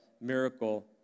miracle